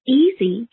easy